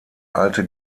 alte